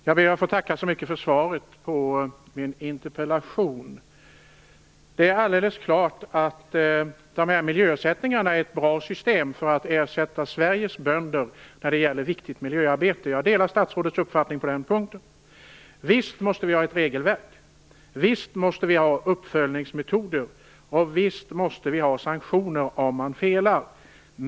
Fru talman! Jag ber att få tacka så mycket för svaret på min interpellation. Det är alldeles klart att miljöersättningarna är ett bra system för att ersätta Sveriges bönder när det gäller viktigt miljöarbete. Jag delar statsrådets uppfattning på den punkten. Visst måste vi ha ett regelverk och uppföljningsmetoder och visst måste vi ha sanktioner om man felar.